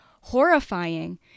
horrifying